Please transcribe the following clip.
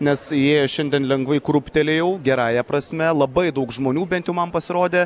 nes jie šiandien lengvai krūptelėjau gerąja prasme labai daug žmonių bent man pasirodė